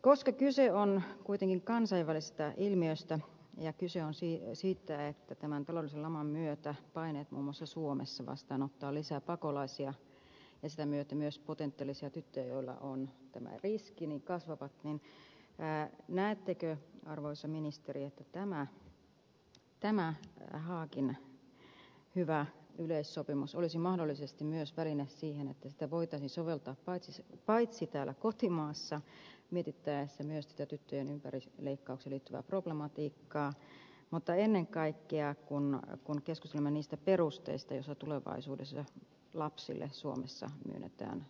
koska kyse on kuitenkin kansainvälisestä ilmiöstä ja siitä että tämän taloudellisen laman myötä paineet kasvavat muun muassa suomessa vastaanottaa lisää pakolaisia ja sitä myöten myös potentiaalisia tyttöjä joilla on tämä riski niin näettekö arvoisa ministeri että tämä haagin hyvä yleissopimus olisi mahdollisesti myös väline siihen että sitä voitaisiin soveltaa paitsi täällä kotimaassa mietittäessä tätä tyttöjen ympärileikkaukseen liittyvää problematiikkaa myös ennen kaikkea kun keskustelemme niistä perusteista joilla tulevaisuudessa lapsille suomessa myönnetään turvapaikkaoikeus